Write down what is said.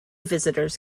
visitors